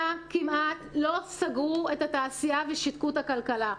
ולא להמשיך להפעיל כאן את ענף הבנייה?